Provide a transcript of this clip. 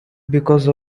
because